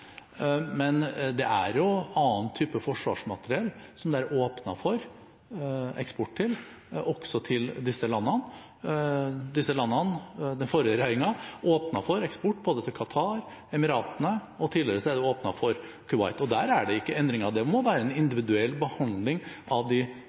Men det er åpnet for eksport av annen type forsvarsmateriell, også til disse landene. Den forrige regjeringen åpnet for eksport både til Qatar og Emiratene, og tidligere er det åpnet for eksport til Kuwait. Der er det ikke endringer. Det må være en